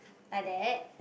like that